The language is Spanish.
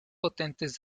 potentes